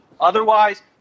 Otherwise